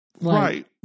Right